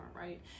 right